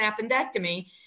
appendectomy